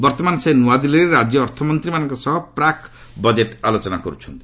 ବର୍ତ୍ତମାନ ସେ ନୂଆଦିଲ୍ଲୀରେ ରାଜ୍ୟ ଅର୍ଥମନ୍ତ୍ରୀମାନଙ୍କ ସହ ପ୍ରାକ୍ ବଜେଟ୍ ଆଲୋଚନା କରୁଛନ୍ତି